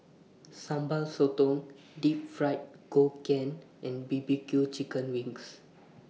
Sambal Sotong Deep Fried Ngoh Hiang and B B Q Chicken Wings